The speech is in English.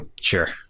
Sure